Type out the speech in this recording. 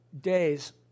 days